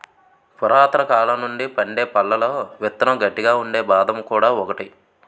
పురాతనకాలం నుండి పండే పళ్లలో విత్తనం గట్టిగా ఉండే బాదం కూడా ఒకటి